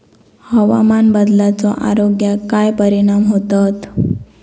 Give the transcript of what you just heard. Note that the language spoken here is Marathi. हवामान बदलाचो आरोग्याक काय परिणाम होतत?